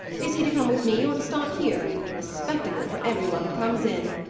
is he to come with me, or to stop here a spectacle for every one that comes in?